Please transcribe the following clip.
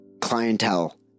clientele